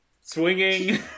swinging